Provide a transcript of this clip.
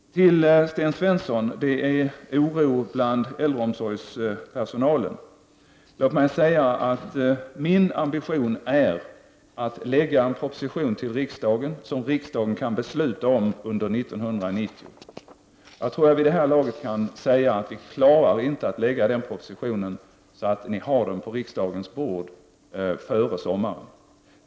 Till Sten Svensson om oron bland äldreomsorgspersonalen. Låt mig säga att min ambition är att lägga fram en proposition till riksdagen som riksdagen kan behandla under 1990. Jag tror att jag vid det här laget kan säga att vi inte klarar att lägga fram den här propositionen, så att den ligger på riksdagens bord före sommaren.